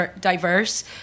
diverse